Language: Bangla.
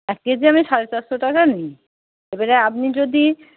এক কেজি আমি সাড়ে চারশো টাকা নিই এবারে আপনি যদি